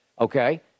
Okay